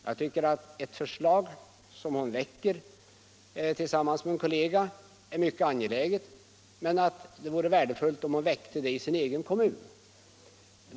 Jag tycker att det förslag som hon väcker tillsammans med en kollega är mycket angeläget men att det vore värdefullt om hon väckte det i sin egen kommun.